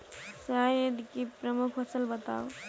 जायद की प्रमुख फसल बताओ